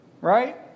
right